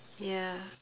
ya